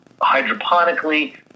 hydroponically